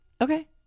Okay